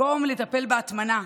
במקום לטפל בהטמנה,